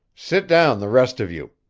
sit down, the rest of you!